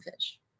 fish